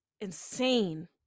insane